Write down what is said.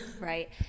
right